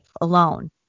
alone